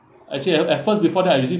actually a~ at first before that I'm using